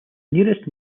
nearest